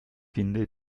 finde